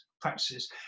practices